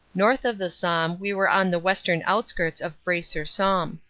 north of the somme we were on the western outskirts of bray-sur-somme.